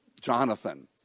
Jonathan